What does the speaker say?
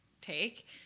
take